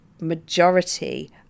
majority